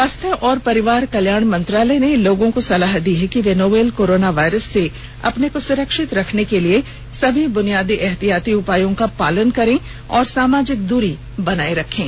स्वास्थ्य और परिवार कल्याण मंत्रालय ने लोगों को सलाह दी है कि वे नोवल कोरोना वायरस से अपने को सुरक्षित रखने के लिए सभी बुनियादी एहतियाती उपायों का पालन करें और सामाजिक दूरी बनाए रखें